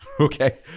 okay